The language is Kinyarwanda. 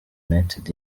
united